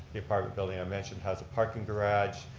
the apartment building i mentioned has a parking garage.